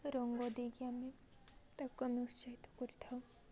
ରଙ୍ଗ ଦେଇକି ଆମେ ତାକୁ ଆମେ ଉତ୍ସାହିତ କରିଥାଉ